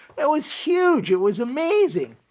it was huge, it was amazing.